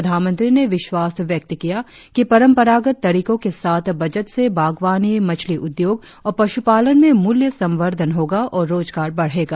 प्रधानमंत्री ने विश्वास व्यक्त किया कि परंपरागत तरीकों के साथ बजट से बागवानी मछली उद्योग और पशुपालन में मूल्य संबर्धन होगा और रोजगार बढ़ेगा